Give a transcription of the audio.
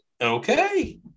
Okay